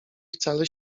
wcale